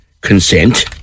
consent